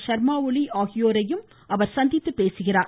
ஷர்மா ஒலி ஆகியோரையும் அவர் சந்தித்து பேசுகிறார்